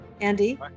Andy